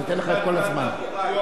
הוא אמר שהוא כבר פעם שנייה.